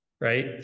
right